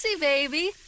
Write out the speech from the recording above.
baby